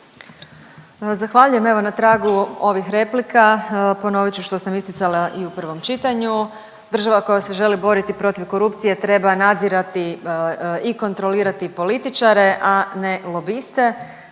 Zahvaljujem. Evo na tragu ovih replika ponovit ću što sam isticala i u prvom čitanju. Država koja se želi boriti protiv korupcije treba nadzirati i kontrolirati političare, a ne lobiste,